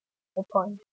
your point